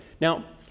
Now